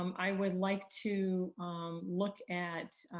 um i would like to look at